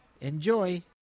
enjoy